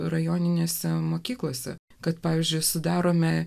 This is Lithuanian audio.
rajoninėse mokyklose kad pavyzdžiui sudarome